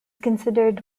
considered